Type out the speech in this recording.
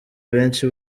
benshi